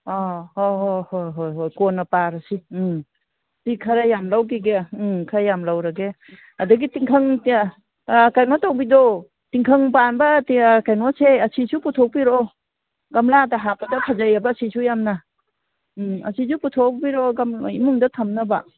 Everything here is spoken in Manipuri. ꯑꯥ ꯍꯣꯏ ꯍꯣꯏ ꯍꯣꯏ ꯍꯣꯏ ꯍꯣꯏ ꯀꯣꯟꯅ ꯄꯥꯔꯁꯤ ꯎꯝ ꯁꯤ ꯈꯔ ꯌꯥꯝ ꯂꯧꯒꯤꯒꯦ ꯎꯝ ꯈꯔ ꯌꯥꯝ ꯂꯧꯔꯒꯦ ꯑꯗꯒꯤ ꯇꯤꯡꯈꯪ ꯀꯩꯅꯣ ꯇꯧꯕꯤꯗꯣ ꯇꯤꯡꯈꯪ ꯄꯥꯟꯕ ꯀꯩꯅꯣꯁꯦ ꯑꯁꯤꯁꯨ ꯄꯨꯊꯣꯛꯄꯤꯔꯛꯑꯣ ꯒꯝꯂꯥꯗ ꯍꯥꯞꯄꯗ ꯐꯖꯩꯑꯕ ꯑꯁꯤꯁꯨ ꯌꯥꯝꯅ ꯑꯁꯤꯁꯨ ꯄꯨꯊꯣꯛꯄꯤꯔꯛꯑꯣ ꯏꯃꯨꯡꯗ ꯊꯝꯅꯕ